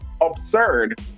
absurd